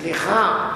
סליחה.